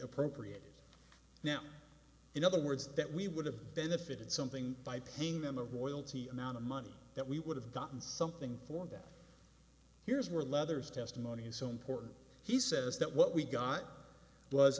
appropriated now in other words that we would have benefited something by paying them a royalty amount of money that we would have gotten something for and that here's where leathers testimony is so important he says that what we got was